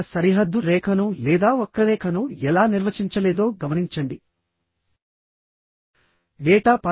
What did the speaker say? అది gross area minus hole area